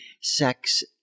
sex